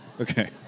Okay